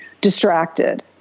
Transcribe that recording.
distracted